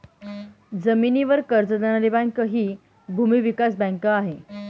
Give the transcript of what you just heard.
जमिनीवर कर्ज देणारी बँक हि भूमी विकास बँक आहे